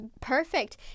perfect